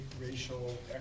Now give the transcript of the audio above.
racial